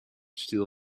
steel